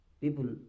people